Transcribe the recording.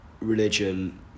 religion